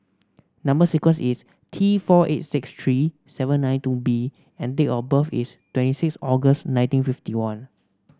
number sequence is T four eight six three seven nine two B and date of birth is twenty six August nineteen fifty one